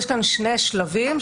יש כאן שני שלבים,